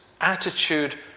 attitude